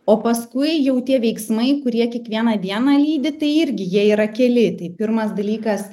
o paskui jau tie veiksmai kurie kiekvieną dieną lydi tai irgi jie yra keli tai pirmas dalykas